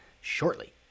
shortly